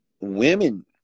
women